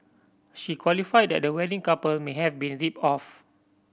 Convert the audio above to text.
she qualified that the wedding couple may have been ripped off